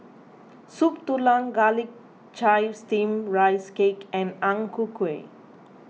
Soup Tulang Garlic Chives Steamed Rice Cake and Ang Ku Kueh